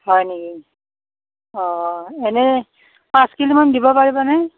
হয় নেকি অ' এনে পাঁচ কিলো মান দিব পাৰিবনে